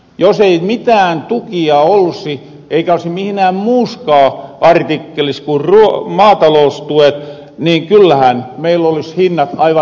jos ei mitään tukia olsi eikä olisi mihnään muuskaan artikkelis ku maataloustuet niin kyllähän meil olis hinnat aivan toisenmoiset